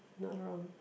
not wrong